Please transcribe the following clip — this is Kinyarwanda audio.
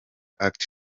act